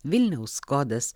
vilniaus kodas